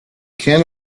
can